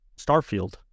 Starfield